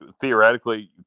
theoretically